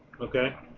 okay